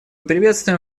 приветствуем